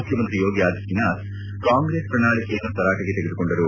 ಮುಖ್ಯಮಂತ್ರಿ ಯೋಗಿ ಆದಿತ್ವನಾಥ್ ಕಾಂಗ್ರೆಸ್ ಪ್ರಣಾಳಿಕೆಯನ್ನು ತರಾಟೆಗೆ ತೆಗೆದುಕೊಂಡರು